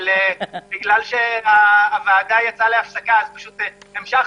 אבל בגלל שהוועדה יצאה להפסקה המשכתי.